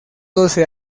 doce